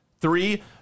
three